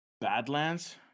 Badlands